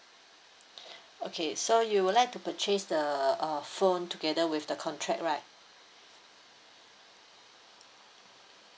okay so you would like to purchase the uh phone together with the contract right